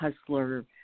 Hustler